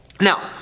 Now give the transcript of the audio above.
Now